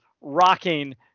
rocking